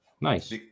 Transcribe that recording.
Nice